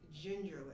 gingerly